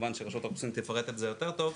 כמובן שרשות האוכלוסין תפרט על זה יותר טוב,